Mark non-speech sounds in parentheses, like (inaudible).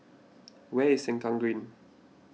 (noise) where is Sengkang Green